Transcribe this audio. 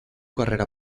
carrera